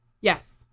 Yes